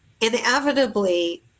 Inevitably